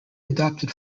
adopted